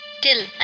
till